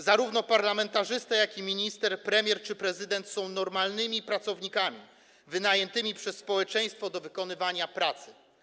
Zarówno parlamentarzysta, jak i minister, premier czy prezydent są normalnymi pracownikami wynajętymi przez społeczeństwo do wykonywania pracy.